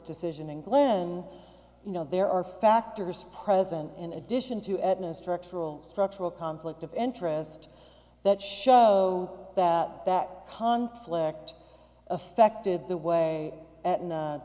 decision and glenn you know there are factors present in addition to adding a structural structural conflict of interest that show that that conflict affected the way